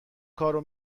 کارو